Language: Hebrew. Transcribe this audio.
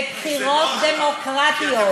בבחירות דמוקרטיות,